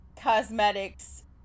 cosmetics